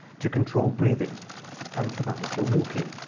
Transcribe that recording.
to control breathing and, for that matter, walking.